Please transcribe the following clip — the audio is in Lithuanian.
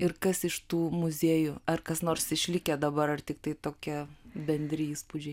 ir kas iš tų muziejų ar kas nors išlikę dabar ar tiktai tokie bendri įspūdžiai